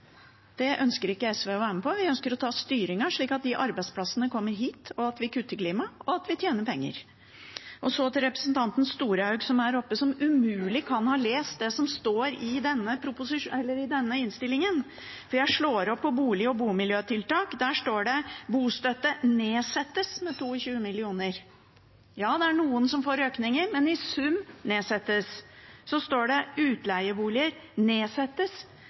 Det ønsker ikke SV å være med på. Vi ønsker å ta styringen, slik at disse arbeidsplassene kommer hit, at vi kutter i klimagassutslippene, og at vi tjener penger. Til representanten Storehaug, som har vært oppe på talerstolen, og som umulig kan ha lest det som står i denne innstillingen. Jeg slår opp på «Bolig- og bomiljøtiltak», og der står det: Bostøtte nedsettes med 22 mill. kr. Ja, det er noen som får økninger, men i sum nedsettes den. Så står det: Utleieboliger nedsettes